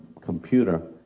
computer